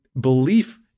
belief